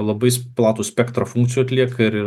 labai platų spektrą funkcijų atlieka ir